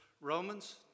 Romans